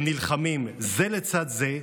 הם נלחמים זה לצד זה,